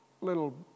little